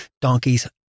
donkeys